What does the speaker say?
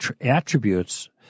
attributes